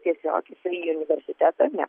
tiesiog jisai į universitetą ne